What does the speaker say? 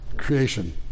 creation